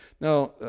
Now